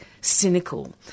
cynical